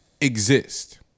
Exist